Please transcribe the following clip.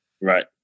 Right